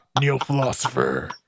Neo-philosopher